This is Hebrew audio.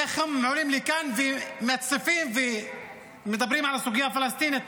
איך הם עולים לכאן ומציפים ומדברים על הסוגיה הפלסטינית.